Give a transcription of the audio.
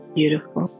beautiful